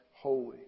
holy